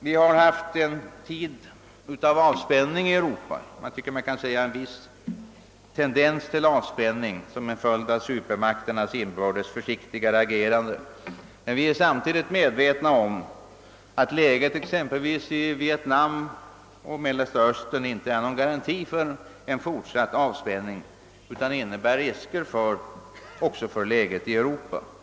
Vi har haft en tendens till avspänning i Europa som en följd av supermakternas inbördes försiktigare agerande. Men vi är dock medvetna om att läget i t.ex. Vietnam och Mellersta östern inte är någon garanti för en fortsatt avspänning utan innebär risker också för läget i Europa.